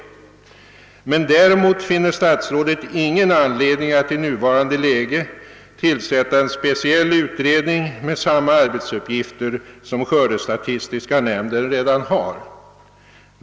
Däremot finner statsrådet ingen anledning att i nuvarande läge tillsätta en speciell utredning med samma arbetsuppgifter som skördestatistiska nämnden redan har.